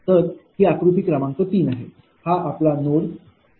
तर ही आकृती क्रमांक तीन आहे हा आपला नोड 1 आहे